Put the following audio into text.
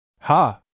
Ha